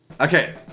Okay